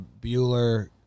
Bueller